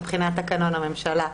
מבחינת תקנון הממשלה,